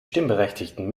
stimmberechtigten